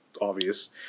obvious